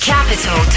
Capital